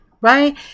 Right